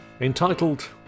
entitled